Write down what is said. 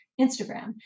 Instagram